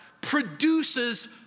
produces